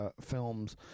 films